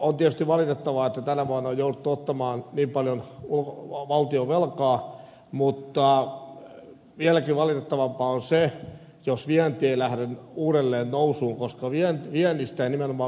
on tietysti valitettavaa että tänä vuonna on jouduttu ottamaan niin paljon valtion velkaa mutta vieläkin valitettavampaa on se jos vienti ei lähde uudelleen nousuun koska viennistä ja nimenomaan vientiteollisuudestahan me elämme